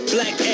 Black